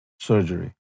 surgery